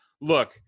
look